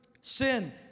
sin